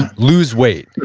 and lose weight.